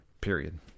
period